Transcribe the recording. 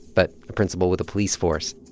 but a principal with a police force.